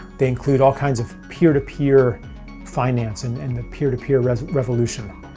they include all kinds of peer-to-peer financing and the peer-to-peer revolution.